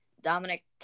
Dominic